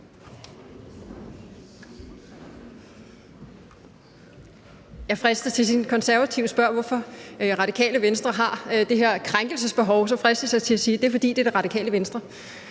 (NB): Når De Konservative spørger, hvorfor Det Radikale Venstre har det her krænkelsesbehov, så fristes jeg til at sige, at det er, fordi det er Det Radikale Venstre.